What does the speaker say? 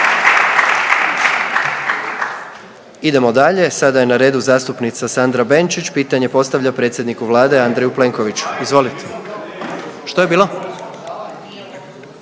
Idemo dalje. Sada je na redu zastupnica Sandra Benčić, pitanje postavlja predsjedniku Vlade Andreju Plenkoviću. Izvolite. …/Govornici